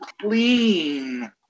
clean